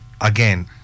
again